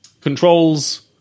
Controls